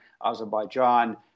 Azerbaijan